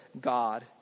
God